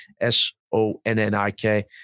S-O-N-N-I-K